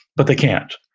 but they can't,